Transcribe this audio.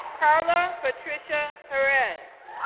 carla patricia perez,